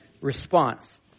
response